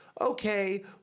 Okay